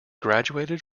graduated